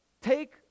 take